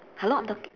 hello I'm talking